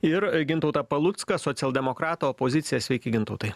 ir gintautą palucką socialdemokratų opozicija sveiki gintautai